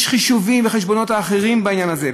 יש חישובים וחשבונות אחרים בעניין הזה,